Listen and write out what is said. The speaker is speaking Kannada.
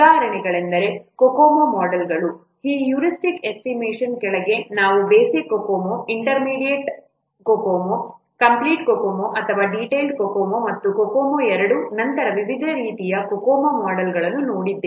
ಉದಾಹರಣೆಗಳೆಂದರೆ COCOMO ಮೋಡೆಲ್ಗಳು ಈ ಹ್ಯೂರಿಸ್ಟಿಕ್ ಎಸ್ಟಿಮೇಷನ್ ಕೆಳಗೆ ನಾವು basic COCOMO intermediate model COCOMO complete COCOMO ಅಥವಾ ಡೀಟೈಲ್ಡ್ COCOMO ಮತ್ತು COCOMO 2 ನಂತಹ ವಿವಿಧ ರೀತಿಯ COCOMO ಮೋಡೆಲ್ಗಳನ್ನು ನೋಡಿದ್ದೇವೆ